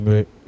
Right